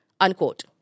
Unquote